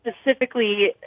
specifically